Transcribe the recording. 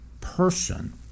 person